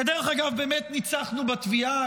כדרך אגב, באמת ניצחנו בתביעה.